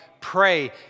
pray